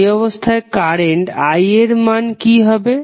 সেই অবস্থায় current I এর মান কি হবে